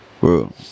Bro